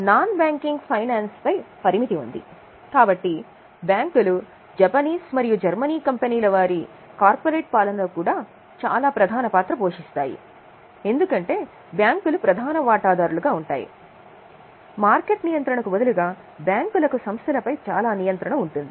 non banking ఫైనాన్స్పై పరిమితి ఉంది కాబట్టి బ్యాంకులు జపనీస్ మరియు జర్మన్ కంపెనీలలో వారి కార్పొరేట్ పాలనలో కూడా చాలా ప్రధాన పాత్ర పోషిస్తాయి ఎందుకంటే బ్యాంకులు ప్రధాన వాటాదారులుగా ఉన్నందున మార్కెట్ నియంత్రణకు బదులుగా బ్యాంకుల కు సంస్థలపై చాలా నియంత్రణ ఉంటుంది